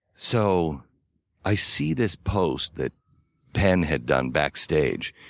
so i see this post that penn had done backstage,